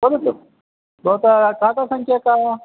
वदतु भवतः काता सङ्ख्या का